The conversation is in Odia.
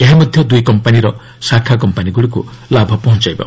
ଏହା ମଧ୍ୟ ଦୁଇ କମ୍ପାନୀର ଶାଖା କମ୍ପାନୀଗୁଡ଼ିକୁ ଲାଭ ପହଞ୍ଚାଇବ